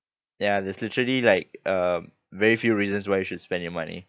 ya there's literally like uh very few reasons why you should spend your money